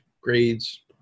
grades